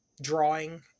drawing